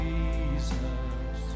Jesus